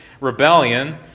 rebellion